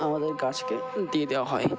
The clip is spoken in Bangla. আমাদের গাছকে দিয়ে দেওয়া হয়